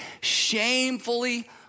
shamefully